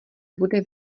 bude